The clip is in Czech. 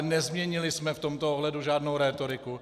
Nezměnili jsme v tomto ohledu žádnou rétoriku.